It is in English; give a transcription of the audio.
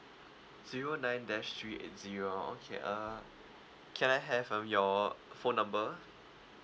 zero nine dash three eight zero okay uh can I have um your phone number